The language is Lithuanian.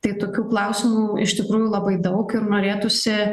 tai tokių klausimų iš tikrųjų labai daug ir norėtųsi